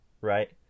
right